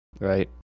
Right